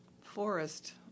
Forest